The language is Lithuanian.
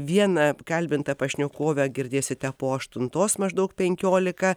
vieną kalbintą pašnekovę girdėsite po aštuntos maždaug penkiolika